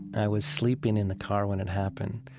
i was sleeping in the car when it happened.